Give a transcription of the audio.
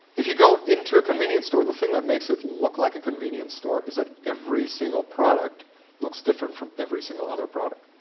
if you go into a convenience store, the thing that makes it look like a convenience store is that ever single product looks different from every single other product.